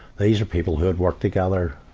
these are people who had worked together